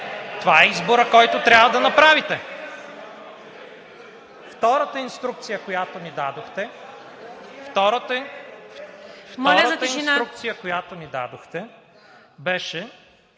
Това е изборът, който трябва да направите. Втората инструкция, която ми дадохте, беше